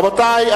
רבותי,